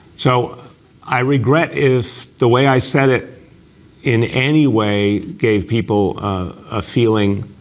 so i regret is the way i said it in any way gave people a feeling